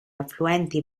affluenti